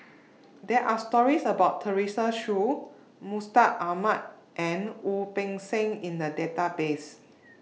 There Are stories about Teresa Hsu Mustaq Ahmad and Wu Peng Seng in The Database